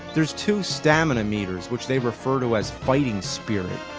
there's two stamina meters which they refer to as fighting spirit.